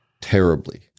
terribly